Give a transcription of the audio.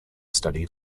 study